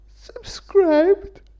subscribed